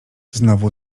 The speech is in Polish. znowu